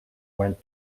went